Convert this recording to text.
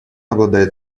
обладает